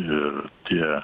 ir tie